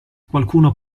qualcuno